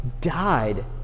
died